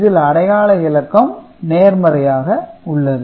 இதில் அடையாள இலக்கம் நேர்மறையாக உள்ளது